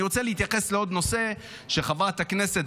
אני רוצה להתייחס לעוד נושא שחברת הכנסת,